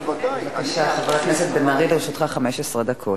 חבר הכנסת בן-ארי, לרשותך 15 דקות.